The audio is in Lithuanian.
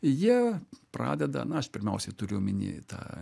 jie pradeda na aš pirmiausiai turiu omeny tą